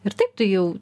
ir taip tai jau